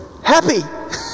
Happy